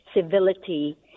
civility